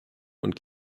und